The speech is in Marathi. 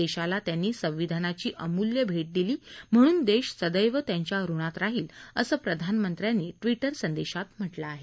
देशाला त्यांनी संविधानाची अमूल्य भेट दिली म्हणून देश सदैव त्यांच्या ऋणात राहिलं असं प्रधानमंत्र्यांनी ट्विटर संदेशात म्हटलं आहे